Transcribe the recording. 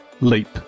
leap